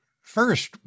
first